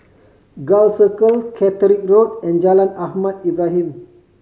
Gul Circle Catterick Road and Jalan Ahmad Ibrahim